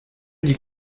gli